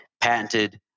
patented